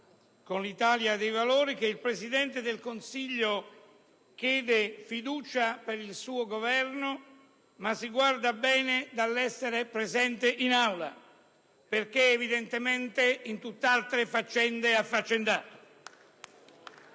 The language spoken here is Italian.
con l'Italia dei Valori - che il Presidente del Consiglio chiede fiducia per il suo Esecutivo, ma si guarda bene dall'essere presente in Aula perché è evidentemente in tutt'altre faccende affaccendato.